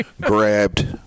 grabbed